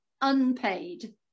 unpaid